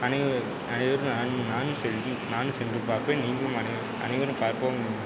அனைவரும் அனைவரும் நானும் நானும் சேர்ந்து நானும் சென்று பாப்பேன் நீங்களும் வாங்க அனைவரும் பார்ப்போம்